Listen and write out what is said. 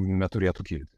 neturėtų kilt